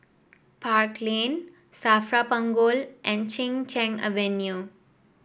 Park Lane Safra Punggol and Chin Cheng Avenue